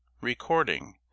Recording